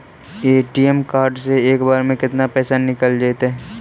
ATM card से एक बार में केतना पैसा निकल जइतै?